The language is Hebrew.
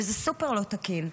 וזה סופר לא תקין.